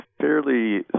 fairly